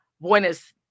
Buenos